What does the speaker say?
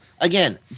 again